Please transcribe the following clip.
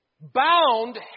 bound